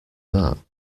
that